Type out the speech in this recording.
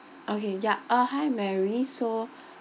okay ya uh hi mary so